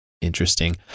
Interesting